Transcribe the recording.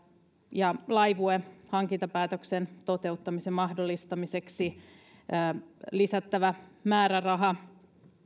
ja laivue hankintapäätöksen toteuttamisen mahdollistamiseksi lisättävä määräraha